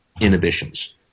inhibitions